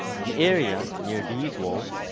the area near these walls,